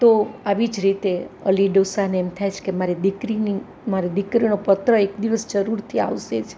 તો આવી જ રીતે અલી ડોસાને એમ થાય છે કે મારી દીકરીની મારી દીકરીનો પત્ર એક દિવસ જરૂરથી આવશે જ